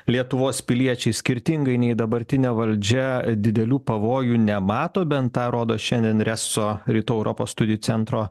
lietuvos piliečiai skirtingai nei dabartinė valdžia didelių pavojų nemato bent tą rodo šiandien reso rytų europos studijų centro